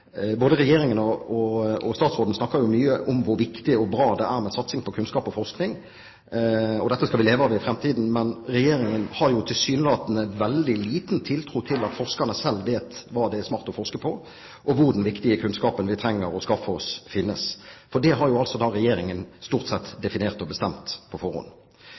Både Regjeringen og statsråden snakker jo mye om hvor viktig og bra det er med satsing på kunnskap og forskning. Dette skal vi leve av i framtiden, men Regjeringen har tilsynelatende veldig liten tiltro til at forskerne selv vet hva det er smart å forske på, og hvor den viktige kunnskapen vi trenger å skaffe oss, finnes – for det har altså Regjeringen stort sett definert og bestemt på forhånd.